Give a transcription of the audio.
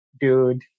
dude